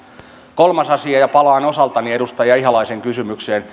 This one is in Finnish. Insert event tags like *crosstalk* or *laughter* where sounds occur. kolmas asia ja palaan osaltani edustaja ihalaisen kysymykseen *unintelligible*